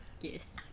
Yes